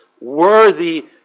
worthy